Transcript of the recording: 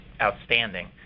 outstanding